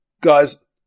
guys